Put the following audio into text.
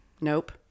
Nope